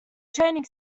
training